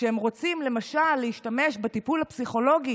כשהם רוצים למשל להשתמש בטיפול הפסיכולוגי